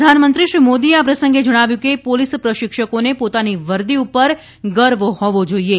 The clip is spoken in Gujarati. પ્રધાનમંત્રી શ્રી મોદીએ આ પ્રસંગે જણાવ્યું હતું કે પોલીસ પ્રશિક્ષકોને પોતાની વર્દી પર ગર્વ હોવો જોઇએ